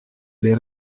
les